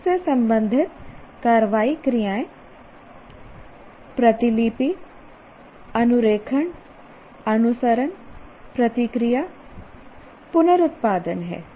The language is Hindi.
इससे संबंधित कार्रवाई क्रियाएं प्रतिलिपि अनुरेखण अनुसरण प्रतिक्रिया पुनरुत्पादन हैं